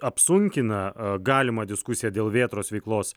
apsunkina galimą diskusiją dėl vėtros veiklos